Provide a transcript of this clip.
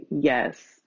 yes